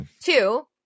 Two